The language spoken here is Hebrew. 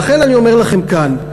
לכן אני אומר לכם כאן,